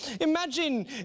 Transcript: Imagine